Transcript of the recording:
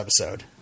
episode